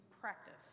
practice